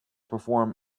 perform